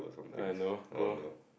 I no go